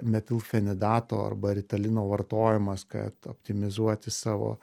metilfenidato arba ritalino vartojimas kad optimizuoti savo